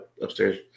upstairs